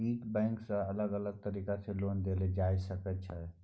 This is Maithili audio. ई बैंक सँ अलग अलग तरीका सँ लोन देल जाए सकै छै